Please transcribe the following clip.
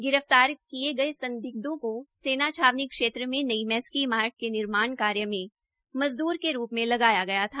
गिरफ्तार किए गए संदिग्धों को सेना छावनी क्षेत्र में नई मैस की इमारत के निर्माण कार्य में मजदूर के रूप में लगाया गया था